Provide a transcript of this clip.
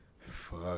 Fuck